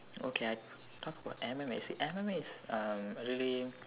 okay I talk about M_M_A see M_M_A is uh really